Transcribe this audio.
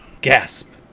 gasp